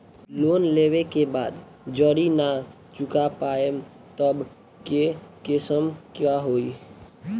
Loan लेवे के बाद जड़ी ना चुका पाएं तब के केसमे का होई?